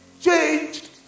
changed